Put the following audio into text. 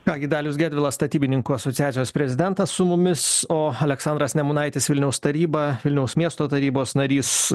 ką gi dalius gedvilas statybininkų asociacijos prezidentas su mumis o aleksandras nemunaitis vilniaus taryba vilniaus miesto tarybos narys